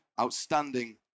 outstanding